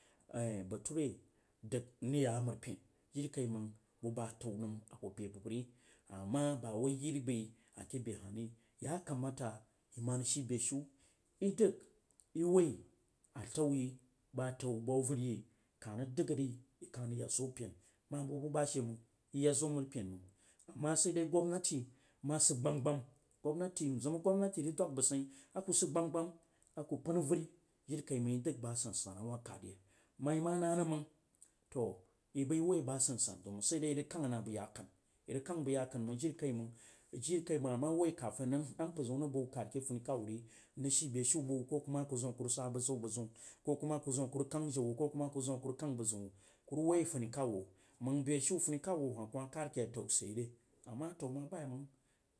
bature dag nrag ya mari pen kirikai manf bag ba atou nam abo be bəgbəgri, ama bawai nai iri bai yi ake behahri yakamata ima rəg shi beshiu i dang atou yi bag ataou su auderi yi kah rəg dəgri ikah bəg bu bahse mang iya zo mari pen mang ama saidai gwamnaty masi oban gbani nzim gwamnaty rag durag bag tsyin aku oan auzari jirikaimang don ma i dog ba sansan a way kadre. Mang ma na nəm nəng i bzi waoi ba sansen zɛu sai da? Irəg jkən na bag yakenʊ irag bag gukan mang jirikaiman a rag woi kafen a mwzi zha rag bwiwa kad ake funikauwu. An sji be shiu bog wowu ko kuma ku zim a kurag sa basam bazun ko kuma ku zim a ku rag kang jau wai ki kuma ku zim a ku rag kang bezəun wu ku rag woi funikau wui mang beshin funikau wo ahah kuma kad keyi atau sid yere? Ama a yai zəun ma bayeri manf